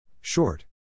Short